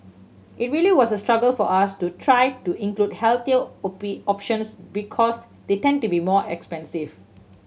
it really was a struggle for us to try to include healthier options because they tend to be more expensive